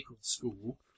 school